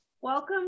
Welcome